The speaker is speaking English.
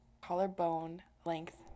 collarbone-length